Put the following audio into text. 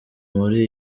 muri